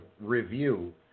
review